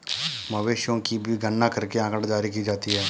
मवेशियों की भी गणना करके आँकड़ा जारी की जाती है